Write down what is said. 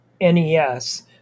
nes